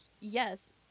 Yes